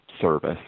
service